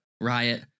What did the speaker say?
riot